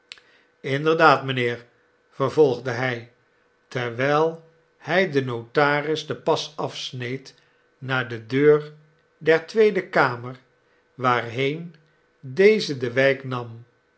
inderdaad mijnheer vervolgde hij terwijl hij den notaris den pas afsneed naar de deur der tweede kamer waarheen deze de wijk nam